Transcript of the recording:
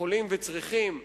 יכולים וצריכים לעשות.